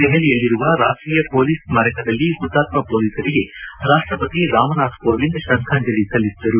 ದೆಹಲಿಯಲ್ಲಿರುವ ರಾಷ್ಷೀಯ ಹೊಲೀಸ್ ಸ್ನಾರಕದಲ್ಲಿ ಹುತಾತ್ನ ಹೊಲೀಸರಿಗೆ ರಾಷ್ಷಪತಿ ರಾಮನಾಥ್ ಕೋವಿಂದ್ ತ್ರದ್ದಾಂಜಲಿ ಸಲ್ಲಿಸಿದರು